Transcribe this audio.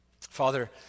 Father